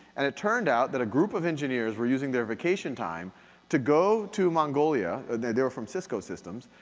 and it turned out that a group of engineers were using their vacation time to go to mongolia, they they were from cisco systems,